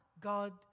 God